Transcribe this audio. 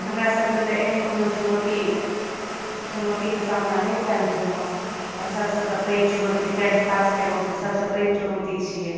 हमरा सभकऽ तऽ एहन कोनो चुनौती चुनौती कऽ सामना नहि कैल भेल हँ आओर सभसँ तऽ पैघ चुनौती टेन्थ पास कयलहुँ तऽ सभसँ पैघ चुनौती छियै